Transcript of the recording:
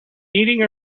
eating